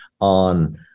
on